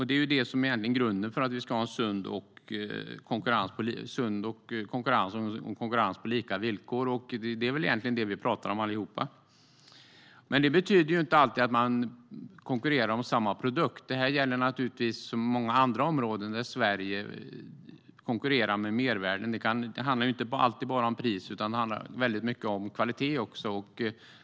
Det är grunden för att vi ska kunna ha en sund konkurrens på lika villkor. Det är egentligen det vi talar om allihop. Det betyder inte alltid att man konkurrerar om samma produkt. Det är som på många andra områden där Sverige konkurrerar med mervärden. Det handlar inte alltid bara om pris, utan det handlar också väldigt mycket om kvalitet.